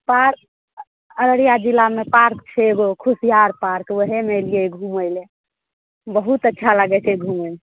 park Araria जिलामे park छै एगो खुशियार पार्क ओहेमे एलियै घुमय लए बहुत अच्छा लागय छै घुमयमे